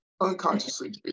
unconsciously